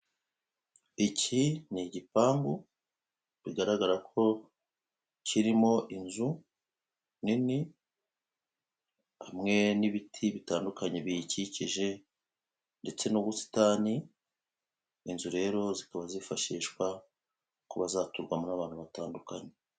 Iki ni igipangu bigaragara ko kirimo inzu nini hamwe n'ibiti bitandukanye biyikikije ndetse n'ubusitani, inzu rero zikaba zifashishwa kuba zaturwamo n'abantu batandukanye.